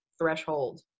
threshold